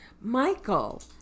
Michael